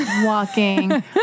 Walking